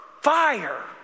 Fire